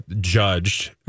judged